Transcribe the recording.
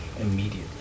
immediately